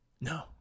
No